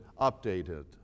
updated